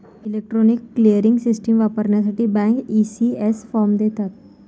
electronic clearing system वापरण्यासाठी bank, ECS form देतात